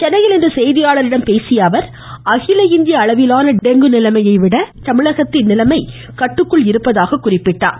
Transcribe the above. சென்னையில் இன்று செய்தியாளர்களிடம் பேசியஅவர் அகில இந்திய அளவிலான டெங்கு நிலைமையை ஒப்பிடுகையில் தமிழகத்தின் நிலைமை கட்டுக்குள் இருப்பதாக குறிப்பிட்டார்